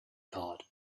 thought